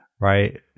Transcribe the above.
right